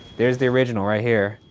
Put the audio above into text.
there's the original right here.